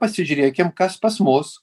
pasižiūrėkim kas pas mus